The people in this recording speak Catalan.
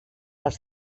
als